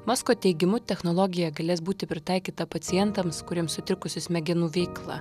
masko teigimu technologija galės būti pritaikyta pacientams kuriems sutrikusi smegenų veikla